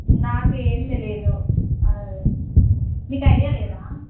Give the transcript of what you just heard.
నాకేం తెలియదు అదే నీకు ఐడియా లేదా